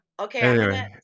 Okay